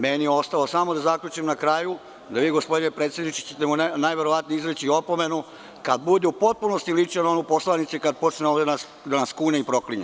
Meni je ostalo samo da zaključim na kraju, da vi gospodine predsedniče ćete mu najverovatnije izreći opomenu kada bude u potpunosti ličio na onu poslovicu, kad počne ovde da nas kune i proklinje.